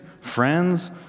friends